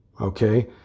Okay